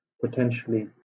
potentially